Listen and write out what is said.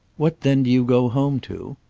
what then do you go home to?